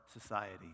society